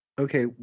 Okay